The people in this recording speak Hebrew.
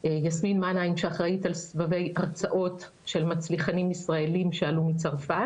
יסמין מנה שאחראית על סבבי הרצאות של מצליחנים ישראליים שעלו מצרפת